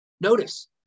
Notice